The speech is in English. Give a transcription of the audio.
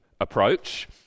approach